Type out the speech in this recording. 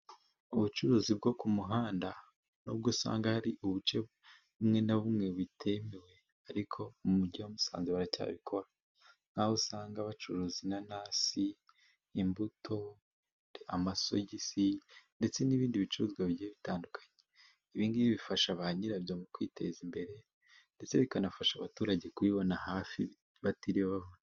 Ubucuruzi bwo ku muhanda n'ubwo usanga hari uduce tumwe na tumwe bitemewe, ariko mu mujyi wa Musanze baracyabikora. Nk'aho usanga bacuruza inanasi, imbuto, amasogisi, ndetse n'ibindi bicuruzwa bigiye bitandukanye. Ibi bifasha ba nyirabyo mu kwiteza imbere ndetse bikanafasha abaturage kubibona hafi batiriwe...